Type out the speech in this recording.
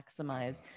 maximize